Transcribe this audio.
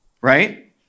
right